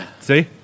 See